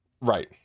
Right